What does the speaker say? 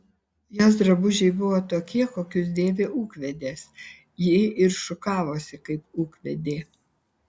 jos drabužiai buvo tokie kokius dėvi ūkvedės ji ir šukavosi kaip ūkvedė